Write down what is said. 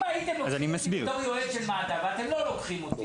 אם הייתם לוקחים אותי להיות יועץ של מד"א ואתם לא לוקחים אותי